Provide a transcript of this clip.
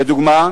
לדוגמה,